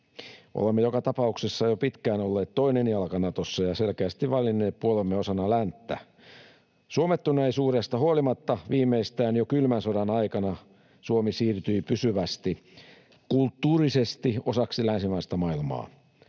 Olemme joka tapauksessa jo pitkään olleet toinen jalka Natossa ja selkeästi valinneet puolemme osana länttä. Suomettuneisuudesta huolimatta viimeistään jo kylmän sodan aikana Suomi siirtyi pysyvästi kulttuurisesti osaksi länsimaista maailmaa.